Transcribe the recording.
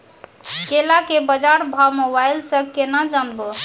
केला के बाजार भाव मोबाइल से के ना जान ब?